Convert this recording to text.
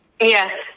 Yes